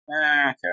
Okay